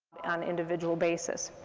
an individual basis.